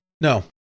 no